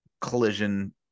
collision